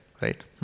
Right